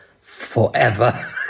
forever